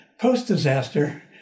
post-disaster